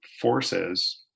forces